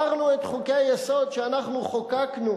הפרנו את חוקי-היסוד שאנחנו חוקקנו,